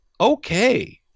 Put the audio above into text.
okay